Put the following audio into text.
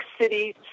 City